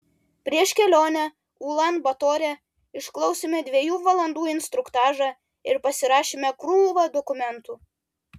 prieš kelionę ulan batore išklausėme dviejų valandų instruktažą ir pasirašėme krūvą dokumentų